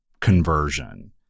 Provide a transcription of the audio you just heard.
conversion